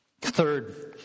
Third